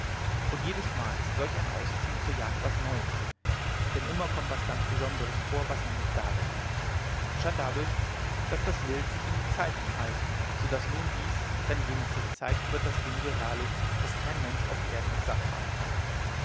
und jedesmal ist solch ein ausziehen zur jagd was neues denn immer kommt was ganz besonderes vor was noch nicht dagewesen schon dadurch daß das wild sich in die zeiten teilt so daß nun dies dann jenes sich zeigt wird das ding so herrlich daß kein mensch auf erden es satt haben kann